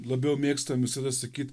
labiau mėgstam visada sakyt